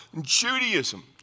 Judaism